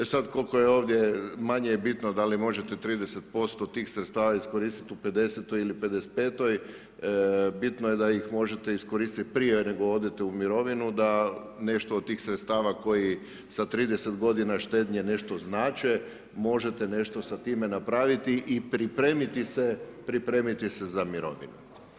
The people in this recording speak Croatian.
Sad koliko je ovdje, manje je bitno da li možete 30% tih sredstava iskoristiti u 50-oj ili 55-toj, bitno je da ih možete iskoristiti prije nego odete u mirovinu da nešto od tih sredstava koji sa 30 godina štednje nešto znače, možete nešto sa time napraviti i pripremiti se za mirovinu.